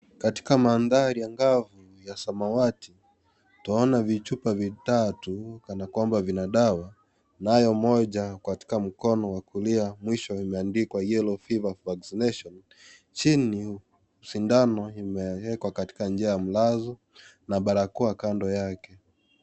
Katika mandhari angavu ya samawati utaona vichupa vitatu kana kwamba vina dawa nayo moja katika mkono wa kulia mwisho imeandikwa yellow fever vaccination chini sindano imewekwa katika njia ya mlazo na barakoa kando yake.